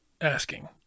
asking